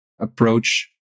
approach